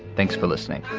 thanks for listening.